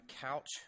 couch